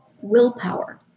willpower